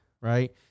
right